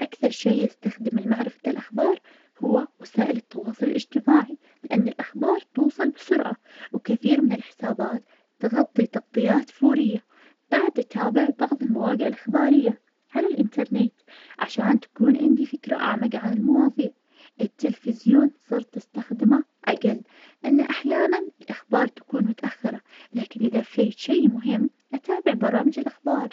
أكثر شي استخدمه لمعرفة الأخبار هو وسائل التواصل الإجتماعي, لأن الأخبار توصل بسرعة, وكثير من الحسابات تغطي تغطيات فورية, بعد اتابع بعض المواقع الإخبارية, على الإنترنت, عشان تكون عندي فكرة أعمق عن المواضيع, التلفزيون صرت استخدمه أجل, لإنه أحياناً الاخبار تكون متأخرة, لكن إذا في شي مهم, أتابع برامج الأخبار.